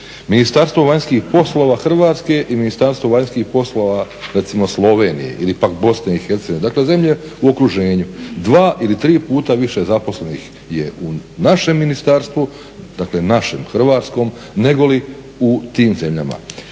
Ministarstvo vanjskih poslova Hrvatske i Ministarstvo vanjskih poslova recimo Slovenije ili pak Bosne i Hercegovine, dakle zemlje u okruženju, dva ili tri puta više zaposlenih je u našem ministarstvu, dakle našem Hrvatskom nego li u tim zemljama,